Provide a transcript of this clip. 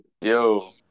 Yo